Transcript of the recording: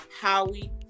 Howie